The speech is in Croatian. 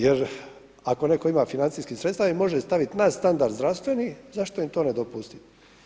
Jer ako netko ima financijskih sredstava i može staviti na standard zdravstveni zašto im to ne dopustiti?